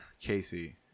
Casey